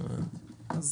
אז